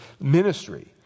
ministry